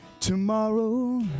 Tomorrow